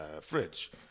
fridge